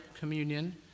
Communion